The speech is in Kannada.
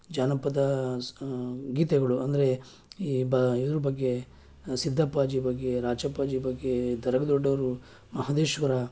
ಜಾನಪದ ಸ್ ಗೀತೆಗಳು ಅಂದರೆ ಈ ಬ ಇದ್ರ ಬಗ್ಗೆ ಸಿದ್ದಪ್ಪಾಜಿ ಬಗ್ಗೆ ರಾಚಪ್ಪಾಜಿ ಬಗ್ಗೆ ಧರೆಗೆ ದೊಡ್ಡವರು ಮಹದೇಶ್ವರ